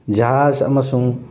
ꯖꯍꯥꯖ ꯑꯃꯁꯨꯡ